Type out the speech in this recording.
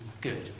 good